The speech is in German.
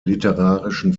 literarischen